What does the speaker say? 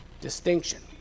Distinction